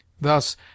THUS